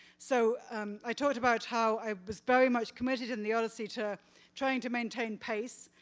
so um i talked about how i was very much committed in the odyssey to trying to maintain pace,